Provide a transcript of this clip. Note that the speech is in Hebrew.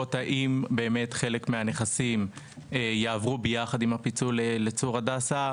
לראות האם באמת חלק מהנכסים יעברו ביחד עם הפיצול לצור הדסה,